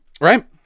Right